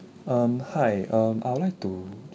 um hi um I would like to